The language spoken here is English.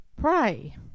Pray